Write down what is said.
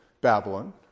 Babylon